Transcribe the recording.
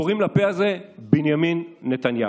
קוראים לפה הזה בנימין נתניהו.